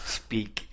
speak